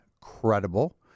credible